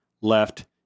left